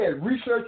Research